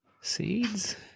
Seeds